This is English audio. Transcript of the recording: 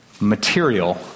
material